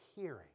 hearing